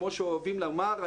כמו שאוהבים לומר,